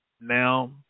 now